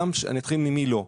אני אתחיל ממי לא.